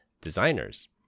designers